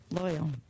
loyal